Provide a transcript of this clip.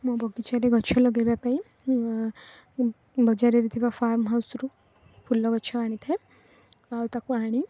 ମୋ ବଗିଚାରେ ଗଛ ଲଗାଇବାପାଇଁ ବଜାରରେ ଥିବା ଫାର୍ମହାଉସ୍ରୁ ଫୁଲଗଛ ଆଣିଥାଏ ଆଉ ତାକୁ ଆଣି